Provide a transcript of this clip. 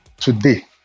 today